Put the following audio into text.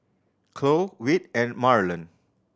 Khloe Whit and Marland